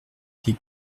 des